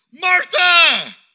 Martha